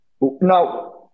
Now